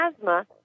asthma